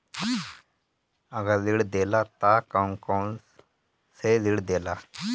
अगर ऋण देला त कौन कौन से ऋण देला?